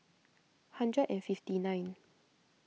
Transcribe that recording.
hundred and fifty nine